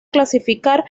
clasificar